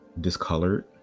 discolored